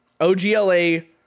ogla